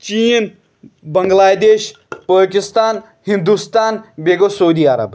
چیٖن بنگلادیش پٲکِستان ہِندوستان بیٚیہِ گوٚو سوٗدی اَرب